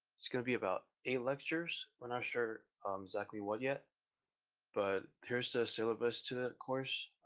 it's gonna be about eight lectures we're not sure exactly what yet but here's the syllabus to the course.